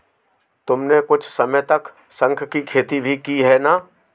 तुमने कुछ समय तक शंख की खेती भी की है ना?